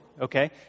okay